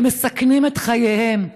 והם מסכנים את חייהם.